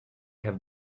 have